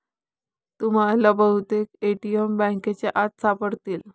तुम्हाला बहुतेक ए.टी.एम बँकांच्या आत सापडतील